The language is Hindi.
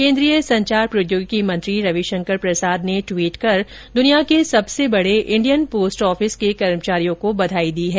केन्द्रीय सूचना और संचार प्रौद्योगिकी मंत्री रवि शंकर प्रसाद ने ट्वीट कर दुनिया के सबसे बड़े इंडियन पोस्ट ऑफिस के कर्मचारियों को बधाई दी है